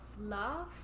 love